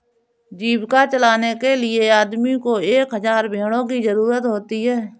जीविका चलाने के लिए आदमी को एक हज़ार भेड़ों की जरूरत होती है